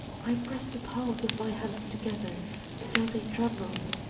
i pressed the palms of my hands together until they trembled,